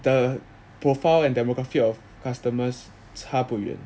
the profile and demographic of customers 差不远